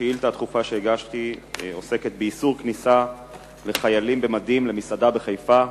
שאילתא דחופה שהגשתי עוסקת באיסור כניסה לחיילים במדים למסעדה בחיפה,